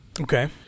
Okay